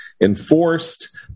enforced